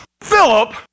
Philip